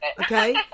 okay